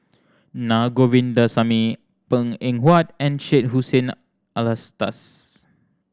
Na Govindasamy Png Eng Huat and Syed Hussein Alatas